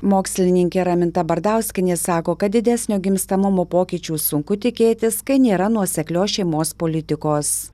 mokslininkė raminta bardauskienė sako kad didesnio gimstamumo pokyčių sunku tikėtis kai nėra nuoseklios šeimos politikos